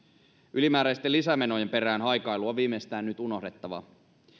ylimääräisten lisämenojen perään haikailu on viimeistään nyt unohdettava